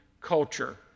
culture